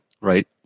Right